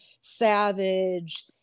savage